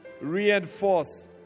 reinforce